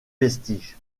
vestiges